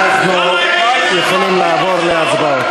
אנחנו יכולים לעבור להצבעות.